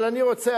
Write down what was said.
אבל אני רוצה,